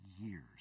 years